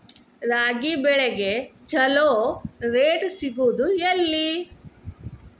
ರಾಗಿ ಬೆಳೆಗೆ ಛಲೋ ರೇಟ್ ಸಿಗುದ ಎಲ್ಲಿ?